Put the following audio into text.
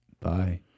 Bye